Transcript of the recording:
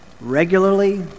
regularly